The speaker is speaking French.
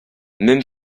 même